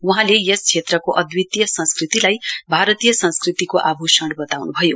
वहाँले यस क्षेत्रको अद्वितीय संस्कृतिलाई भारतीय संस्कृतिको आभूषण बताउनुभयो